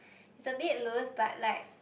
it's a bit loose but like